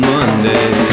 Monday